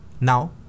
Now